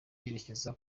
zerekeza